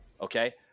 okay